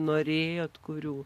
norėjote kurių